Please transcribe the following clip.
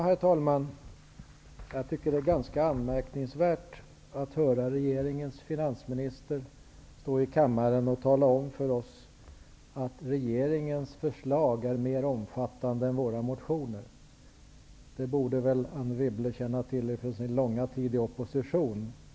Herr talman! Jag tycker att det är ganska anmärkningsvärt att höra regeringens finansminister stå i kammaren och tala om för oss att regeringens förslag är mer omfattande än våra motioner. Hur det är med det förhållandet borde Anne Wibble känna till från sin långa tid i opposition.